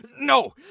No